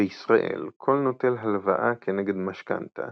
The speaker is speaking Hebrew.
בישראל, כל נוטל הלוואה כנגד משכנתה